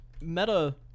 Meta